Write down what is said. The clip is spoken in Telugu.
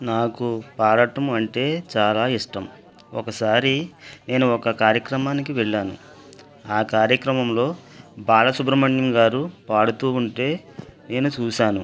నాకు పాడటం అంటే చాలా ఇష్టం ఒకసారి నేను ఒక కార్యక్రమానికి వెళ్ళాను ఆ కార్యక్రమంలో బాలసుబ్రహ్మణ్యం గారు పాడుతూ ఉంటే నేను చూశాను